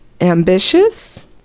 ambitious